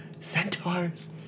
centaurs